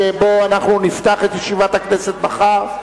שבו אנחנו נפתח את ישיבת הכנסת מחר,